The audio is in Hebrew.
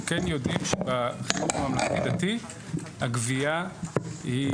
אבל אנחנו כן יודעים שבחינוך הממלכתי דתי הגבייה היא